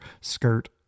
skirt